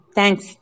Thanks